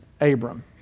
Abram